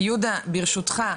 יהודה ברשותך,